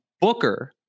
booker